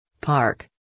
Park